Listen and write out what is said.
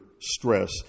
stress